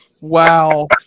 Wow